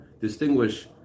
distinguish